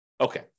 Okay